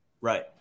right